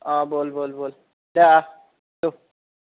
অঁ ব'ল ব'ল ব'ল দে আহ যৌ